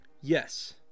yes